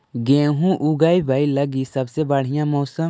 गेहूँ ऊगवे लगी सबसे बढ़िया मौसम?